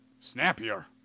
Snappier